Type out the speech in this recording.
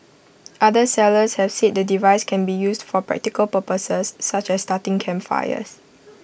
other sellers have said the device can be used for practical purposes such as starting campfires